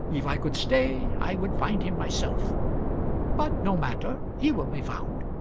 if i could stay, i would find him myself but no matter, he will be found.